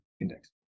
index